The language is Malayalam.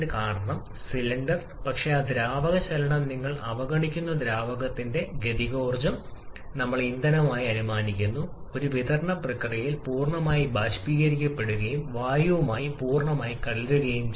എന്നാൽ നിർദ്ദിഷ്ട താപവുമായി നിങ്ങൾ മാറ്റങ്ങൾ പരിഗണിക്കുകയാണെങ്കിൽ താപനിലയിലെ വർദ്ധനവ് അപ്പോൾ നിങ്ങളുടെ ലൈൻ ഇതുപോലെയാകും എവിടെയെങ്കിലും പൂർത്തിയാകും ഇവിടെ